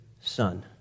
son